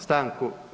Stanku.